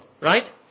right